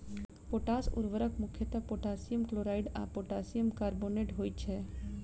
potash उर्वरक मुख्यतः potassium chloride आ पोटासियम कार्बोनेट होइत छै